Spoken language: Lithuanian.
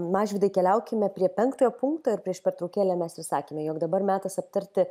mažvydai keliaukime prie penktojo punkto ir prieš pertraukėlę mes ir sakėme jog dabar metas aptarti